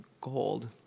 gold